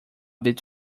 bit